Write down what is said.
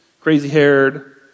crazy-haired